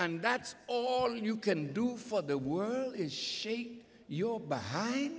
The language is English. and that's all you can do for the world is shake your behind